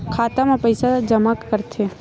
खाता म पईसा कइसे जमा करथे?